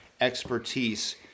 expertise